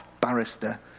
barrister